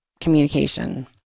communication